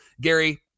gary